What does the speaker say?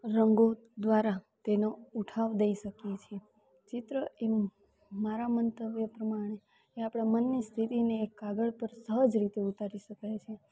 રંગો દ્વારા તેનો ઉઠાવ દઈ શકીએ છીએ ચિત્ર એનું મારા મંતવ્ય પ્રમાણે એ આપણા મનની સ્થિતિને કાગળ પર સહજ રીતે ઉતારી શકાય છે